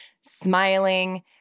Smiling